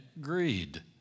greed